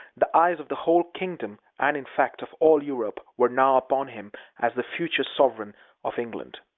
the eyes of the whole kingdom, and, in fact, of all europe, were now upon him as the future sovereign of england.